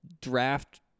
draft